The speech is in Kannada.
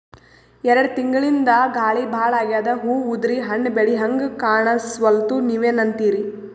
ಎರೆಡ್ ತಿಂಗಳಿಂದ ಗಾಳಿ ಭಾಳ ಆಗ್ಯಾದ, ಹೂವ ಉದ್ರಿ ಹಣ್ಣ ಬೆಳಿಹಂಗ ಕಾಣಸ್ವಲ್ತು, ನೀವೆನಂತಿರಿ?